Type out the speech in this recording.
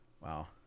Wow